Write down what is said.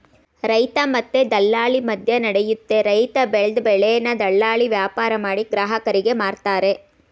ರೈತ ಮತ್ತೆ ದಲ್ಲಾಳಿ ಮದ್ಯನಡಿಯುತ್ತೆ ರೈತ ಬೆಲ್ದ್ ಬೆಳೆನ ದಲ್ಲಾಳಿ ವ್ಯಾಪಾರಮಾಡಿ ಗ್ರಾಹಕರಿಗೆ ಮಾರ್ತರೆ